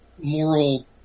moral